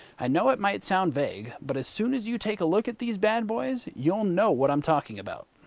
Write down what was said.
i know it might sound vague but as soon as you take a look at these bad boys you'll know what i'm talking about.